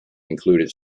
included